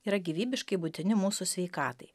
yra gyvybiškai būtini mūsų sveikatai